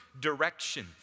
direction